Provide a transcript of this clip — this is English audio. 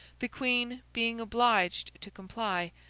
the queen, being obliged to comply,